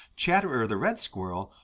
chatterer the red squirrel,